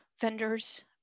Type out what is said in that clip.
vendors